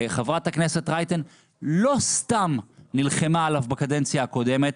חברת הכנסת רייטן לא סתם נלחמה עליו בקדנציה הקודמת,